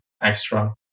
extra